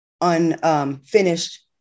unfinished